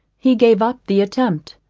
he gave up the attempt,